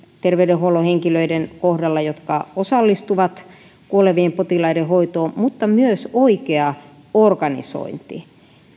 terveydenhuollon henkilöiden kohdalla jotka osallistuvat kuolevien potilaiden hoitoon mutta myös oikea organisointi